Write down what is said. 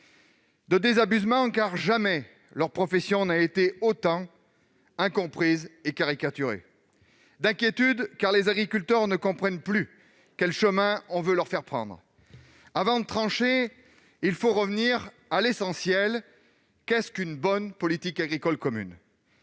De désabusement, car jamais leur profession n'a été aussi incomprise et caricaturée D'inquiétude, car les agriculteurs ne comprennent plus quel chemin on veut leur faire prendre. Avant de trancher, il faut revenir à l'essentiel : en quoi une bonne PAC consiste-t-elle ?